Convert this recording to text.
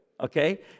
Okay